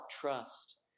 trust